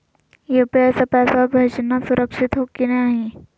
UPI स पैसवा भेजना सुरक्षित हो की नाहीं?